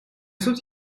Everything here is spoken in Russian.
суд